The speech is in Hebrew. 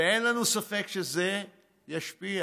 ואין לנו ספק שזה ישפיע.